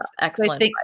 Excellent